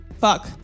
Fuck